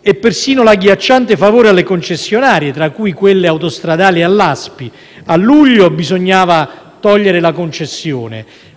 e persino l'agghiacciante favore alle concessionarie, tra cui quelle autostradale e all'Aspi (a luglio bisognava togliere la concessione,